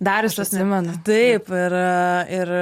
darius atsimenu taip ir ir